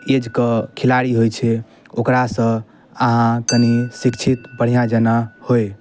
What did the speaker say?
एजके खेलाड़ी होइ छै ओकरा सऽ अहाँ कनी शिक्षित बढ़िऑं जेना होइ